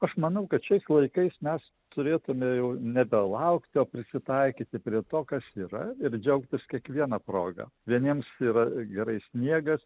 aš manau kad šiais laikais mes turėtume jau nebelaukti o prisitaikyti prie to kas yra ir džiaugtis kiekviena proga vieniems yra gerai sniegas